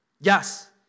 Yes